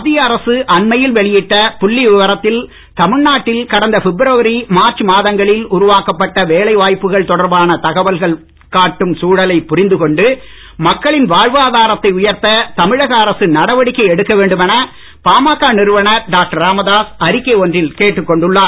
மத்திய அரசு அண்மையில் வெளியிட்ட புள்ளி விவரத்தில் தமிழ்நாட்டில் கடந்த பிப்ரவரி மார்ச் மாதங்களில் உருவாக்கப்பட்ட வேலை வாய்ப்புகள் தொடர்பான தகவல்கள் காட்டும் சூழலை புரிந்துகொண்டு மக்களின் வாழ்வாதாரத்தை உயர்த்த தமிழக அரசு நடவடிக்கை எடுக்க வேண்டுமென பாமக நிறுவனர் டாக்டர் ராமதாஸ் அறிக்கை ஒன்றில் கேட்டுக்கொண்டுள்ளார்